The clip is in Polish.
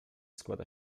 składa